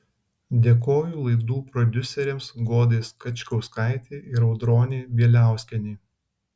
dėkoju laidų prodiuserėms godai skačkauskaitei ir audronei bieliauskienei